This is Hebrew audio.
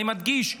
אני מדגיש,